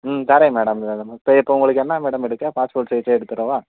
ம் தர்றேன் மேடம் இதெல்லாமே இப்போ இப்போ உங்களுக்கு என்ன மேடம் எடுக்க பாஸ்போர்ட் சைஸே எடுத்துடவா